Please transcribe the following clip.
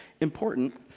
important